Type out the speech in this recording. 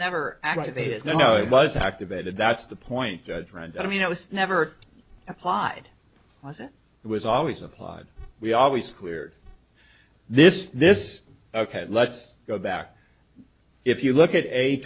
never active it is no it was activated that's the point i mean it was never applied wasn't it was always applied we always cleared this this ok let's go back if you look at a